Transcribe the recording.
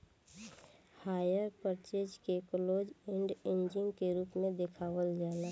hire purchase के close end leasing के रूप में देखावल जाला